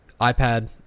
iPad